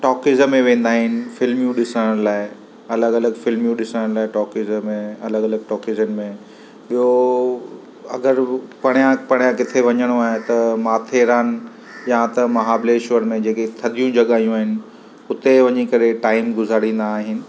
talkies में वेंदा आहिनि फ़िल्मूं ॾिसण लाइ अलॻि अलॻि फ़िल्मूं ॾिसणु टॉकीज़ में अलॻि अलॻि टॉकीज़नि में ॿियो अगरि परियां परियां किथे वञिणो आहे त माथेरान या त महाब्लेश्वर मे जेकी थदियूं जॻहयूं आहिनि उते वञी करे टाइम गुज़ारींदा आहिनि